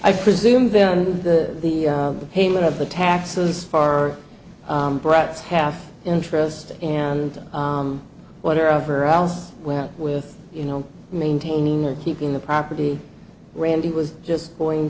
i presume then with the payment of the taxes for brett's half interest and whatever else went with you know maintaining or keeping the property randy was just going